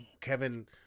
Kevin